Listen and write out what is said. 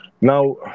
now